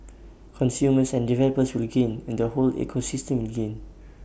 consumers and developers will gain and the whole ecosystem will gain